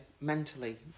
mentally